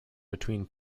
between